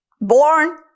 born